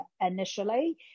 initially